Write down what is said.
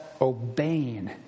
obeying